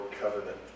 covenant